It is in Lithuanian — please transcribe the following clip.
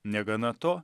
negana to